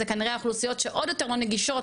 זה כנראה האוכלוסיות שעוד יותר לא נגישות,